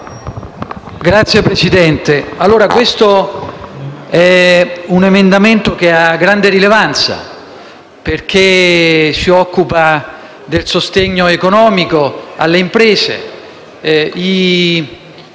Signor Presidente, questo emendamento ha grande rilevanza, perché si occupa del sostegno economico alle imprese.